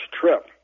trip